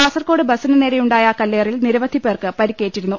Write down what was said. കാസർകോഡ് ബസിന് നേരെയുണ്ടായ കല്ലേറിൽ നിരവധി പേർക്ക് പരിക്കേറ്റി രുന്നു